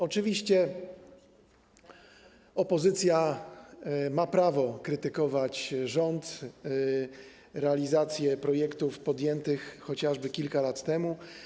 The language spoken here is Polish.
Oczywiście opozycja ma prawo krytykować rząd, realizację projektów podjętych chociażby kilka lat temu.